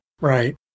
Right